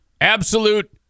Absolute